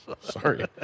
Sorry